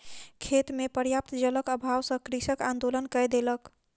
खेत मे पर्याप्त जलक अभाव सॅ कृषक आंदोलन कय देलक